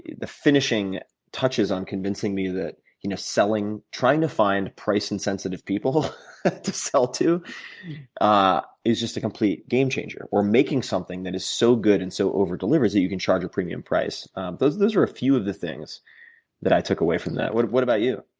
finishing touches on convincing me that you know selling, trying to find price insensitive people to sell to ah is just a complete game changer. or, making something that is so good and so over-delivers that you can charge a premium price those those are a few of the things that i took away from that. what what about you?